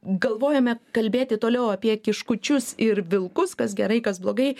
galvojame kalbėti toliau apie kiškučius ir vilkus kas gerai kas blogai